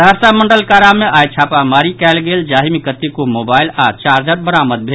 सहरसा मंडल कारा मे आई छापामारी कयल गेल जाहि मे कतेको मोबाईल आओर चार्जर बरामद भेल